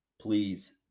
please